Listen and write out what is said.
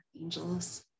angels